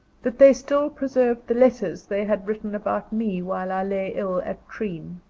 that they still preserved the letters they had written about me, while i lay ill at treen.